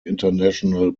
international